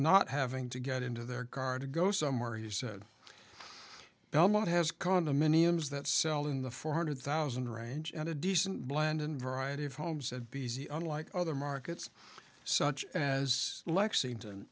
not having to get into their car to go somewhere he said belmont has condominiums that sell in the four hundred thousand range and a decent blend and variety of homes at b c unlike other markets such as lexington